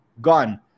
gone